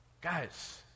Guys